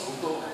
זכותו.